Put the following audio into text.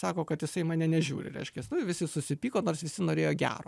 sako kad jisai į mane nežiūri reiškias nu visi susipyko nors visi norėjo gero